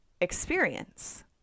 experience